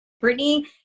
Brittany